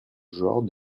genre